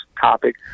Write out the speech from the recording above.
topic